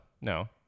no